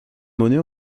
monnaie